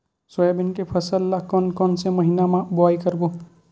Soybean के फसल ल कोन कौन से महीना म बोआई करबो?